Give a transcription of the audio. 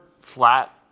flat